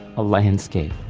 a landscape.